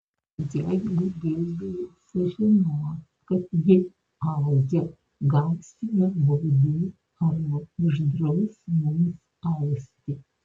jeigu gildija sužinos kad ji audžia gausime baudų arba uždraus mums austi